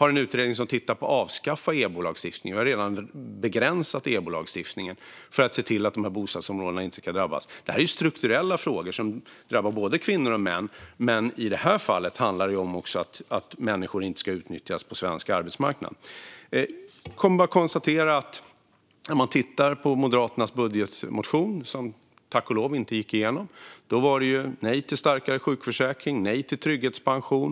en utredning som tittar på ett avskaffande av EBO-lagstiftningen. Vi har redan begränsat EBO-lagstiftningen för att se till att dessa bostadsområden inte ska drabbas. Detta är strukturella frågor som drabbar både kvinnor och män. Men i detta fall handlar det också om att människor inte ska utnyttjas på svensk arbetsmarknad. När man tittar på Moderaternas budgetmotion, som tack och lov inte gick igenom, kan jag konstatera att det var nej till starkare sjukförsäkring och nej till trygghetspension.